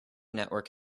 network